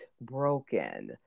Broken